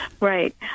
Right